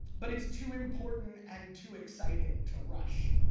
but it's too important and too exciting to rush.